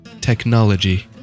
Technology